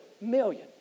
million